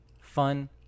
fun